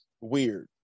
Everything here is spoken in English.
weird